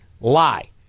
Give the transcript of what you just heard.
lie